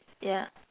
yeah